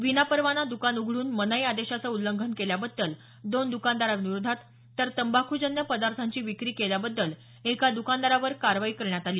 विनापरवाना द्कान उघडून मनाई आदेशाचं उल्लंघन केल्याबद्दल दोन द्कानदाराविरोधात तर तंबाखूजन्य पदार्थांची विक्री केल्याबद्दल एका द्कानदारावर कारवाई करण्यात आली